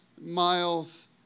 miles